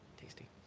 Tasty